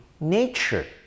nature